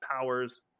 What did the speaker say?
powers